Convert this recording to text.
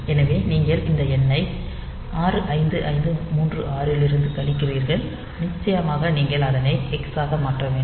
எனவே நீங்கள் இந்த n ஐ 65536 இலிருந்து கழிக்கிறீர்கள் நிச்சயமாக நீங்கள் அதனை ஹெக்ஸாக மாற்ற வேண்டும்